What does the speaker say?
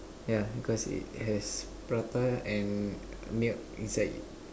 yeah because it has prata and milk inside it